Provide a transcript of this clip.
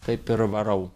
taip ir varau